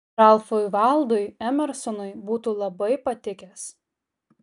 ralfui valdui emersonui būtų labai patikęs